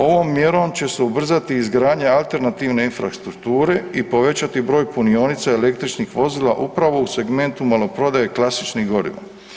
Ovom mjerom će se ubrzati izgradnja alternativne infrastrukture i povećati broj punionica električnih vozila upravo u segmentu maloprodaje klasičnih goriva.